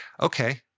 okay